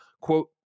Quote